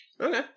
Okay